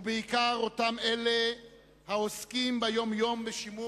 ובעיקר אותם אלה העוסקים יום-יום בשימור